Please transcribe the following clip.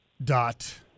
dot